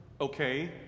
Okay